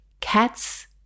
Cats